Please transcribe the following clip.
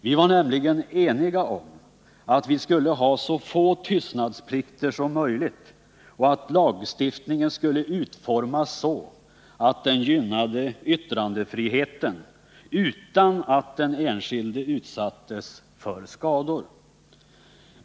Vi var nämligen eniga om att vi skulle ha så få tystnadsplikter som möjligt och att lagstiftningen skulle utformas så, att den gynnade yttrandefriheten utan att den enskilde utsattes för skador.